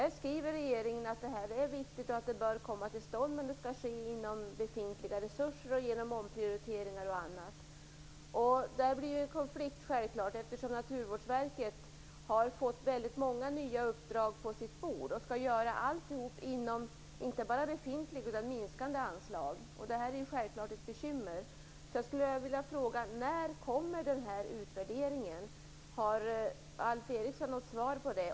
Regeringen skriver att detta är viktigt och bör komma till stånd, men det skall ske inom befintliga resurser och genom omprioriteringar och annat. Här blir det självklart en konflikt, eftersom Naturvårdsverket har fått väldigt många nya uppdrag på sitt bord och skall göra alltihop inom inte bara befintliga utan minskande anslag. Det här är självklart ett bekymmer, så jag skulle vilja fråga: När kommer denna utvärdering? Har Alf Eriksson något svar på det?